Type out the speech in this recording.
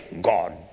God